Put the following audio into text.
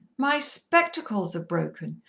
my spectacles are broken.